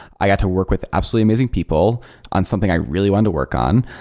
i got to work with absolutely amazing people on something i really wanted to work on.